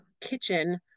kitchen